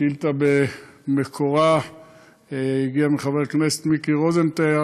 השאילתה במקורה הגיעה מחבר הכנסת מיקי רוזנטל,